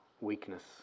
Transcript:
weakness